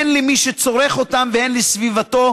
הן למי שצורך אותם והן לסביבתו,